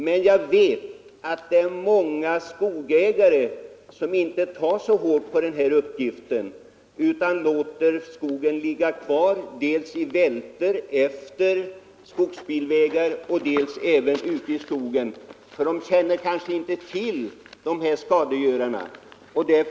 Men jag vet att många skogsägare inte tar så hårt på sin uppgift utan låter skogen ligga kvar dels i vältor efter skogsbilvägar, dels ute i skogen därför att de kanske inte känner till de skadegörare som där finns.